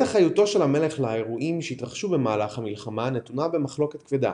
אחריותו של המלך לאירועים שהתרחשו במהלך המלחמה נתונה במחלוקת כבדה,